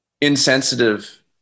insensitive